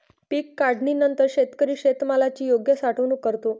पीक काढणीनंतर शेतकरी शेतमालाची योग्य साठवणूक करतो